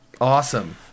awesome